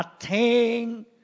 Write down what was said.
attain